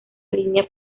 línea